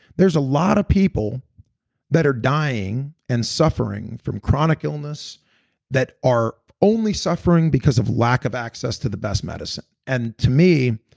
there's a lot of people that are dying and suffering from chronic illness that are only suffering because of lack of access to the best medicine and to me,